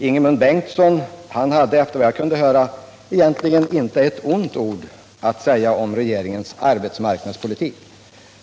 Ingemund Bengtsson hade inte ett ont ord om regeringens arbetsmarknadspolitik.